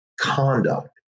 conduct